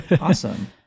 Awesome